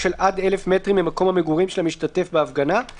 של עד 1,000 מטרים ממקום המגורים של המשתתף בהפגנה;